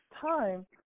time